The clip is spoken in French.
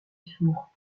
sourd